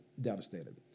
devastated